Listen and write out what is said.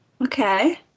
Okay